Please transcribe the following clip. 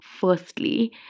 firstly